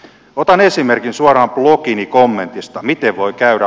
otan esimerkin suoraan blogini kommentista miten voi käydä